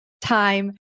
time